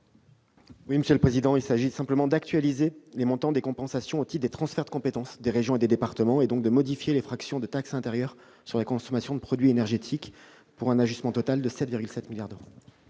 à M. le secrétaire d'État. Il s'agit d'actualiser les montants des compensations au titre des transferts de compétence des régions et des départements, et donc de modifier les fractions de taxe intérieure de consommation sur les produits énergétiques, ou TICPE, pour un ajustement total de 7,7 milliards d'euros.